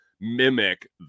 mimic